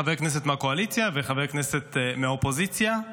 חבר כנסת מהקואליציה וחבר כנסת מהאופוזיציה.